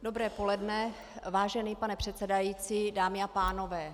Dobré poledne, vážený pane předsedající, dámy a pánové.